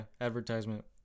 advertisement